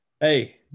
hey